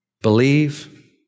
Believe